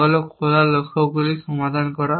তা হল খোলা লক্ষ্যগুলি সমাধান করা